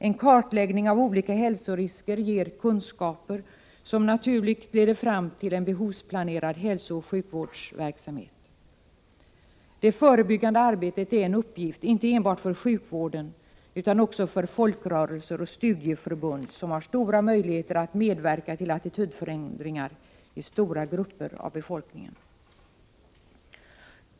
En kartläggning av olika hälsorisker ger kunskaper som naturligt leder fram till en behovsplanerad hälsooch sjukvårdsverksamhet. Det förebyggande arbetet är en uppgift inte enbart för sjukvården utan också för folkrörelser och studieförbund, som har goda möjligheter att medverka till attitydförändringar hos stora grupper av befolkningen.